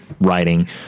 writing